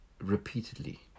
repeatedly